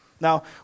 Now